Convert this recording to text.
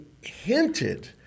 hinted